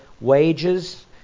wages